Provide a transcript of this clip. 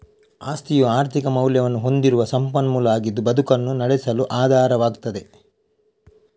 ಆಸ್ತಿಯು ಆರ್ಥಿಕ ಮೌಲ್ಯವನ್ನ ಹೊಂದಿರುವ ಸಂಪನ್ಮೂಲ ಆಗಿದ್ದು ಬದುಕನ್ನ ನಡೆಸಲು ಆಧಾರವಾಗ್ತದೆ